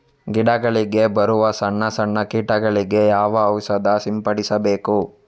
ಗಿಡಗಳಿಗೆ ಬರುವ ಸಣ್ಣ ಸಣ್ಣ ಕೀಟಗಳಿಗೆ ಯಾವ ಔಷಧ ಸಿಂಪಡಿಸಬೇಕು?